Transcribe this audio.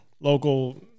local